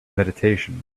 meditation